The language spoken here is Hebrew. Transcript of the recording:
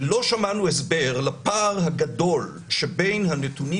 לא שמענו הסבר לפער הגדול שבין הנתונים